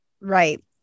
Right